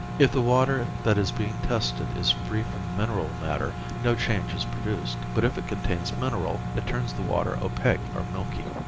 if the water that is being tested is free from mineral matter no change is produced, but if it contains mineral it turns the water opaque or milky.